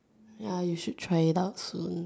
ya you should try it out soon